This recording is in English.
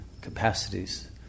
capacities